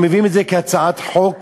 אנחנו מביאים את זה כהצעת חוק,